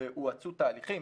והואצו תהליכים.